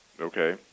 Okay